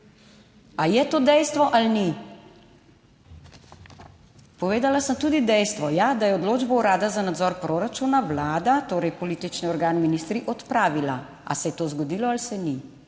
Ali je to dejstvo ali ni? Povedala sem tudi dejstvo, ja, da je odločbo Urada za nadzor proračuna Vlada, torej politični organ, ministri, odpravila. Ali se je to zgodilo ali se ni?